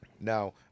now